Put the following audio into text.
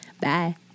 Bye